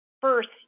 First